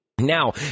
Now